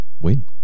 win